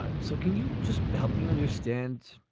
ah so can you just help me understand,